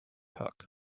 hook